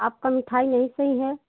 आपका मिठाई नहीं सही है